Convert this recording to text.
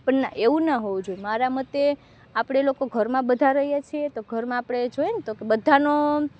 પણ ના એવું ન હોવું જોઈએ મારા મતે આપણે લોકો ઘરમાં બધા રહીએ છીએ તો ઘરમાં આપણે જોઈએને તો બધાનો